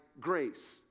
grace